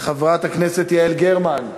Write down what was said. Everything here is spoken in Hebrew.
חברת הכנסת יעל גרמן,